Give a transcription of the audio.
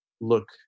look